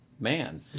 man